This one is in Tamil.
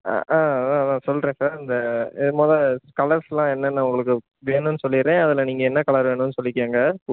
ஆ ஆ சொல்கிறேன் சார் இந்த ஆ மொதல் கலர்ஸெலாம் என்னென்ன உங்களுக்கு வேணுன்னு சொல்லிவிட்றேன் அதில் நீங்கள் என்ன கலர் வேணுன்னு சொல்லிக்கோங்க